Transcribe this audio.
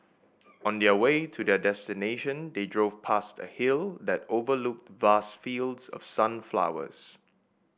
on their way to their destination they drove past a hill that overlooked vast fields of sunflowers